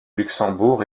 luxembourg